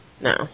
No